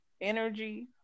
energy